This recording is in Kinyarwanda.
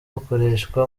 hakoreshwa